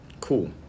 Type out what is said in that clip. cool